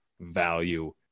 value